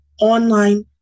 online